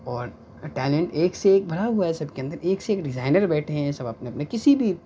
اور ٹیلنٹ ایک سے ایک بھرا ہوا ہے سب کے اندر ایک سے ایک ڈزائنر بیٹھے ہیں سب اپنے اپنے کسی بھی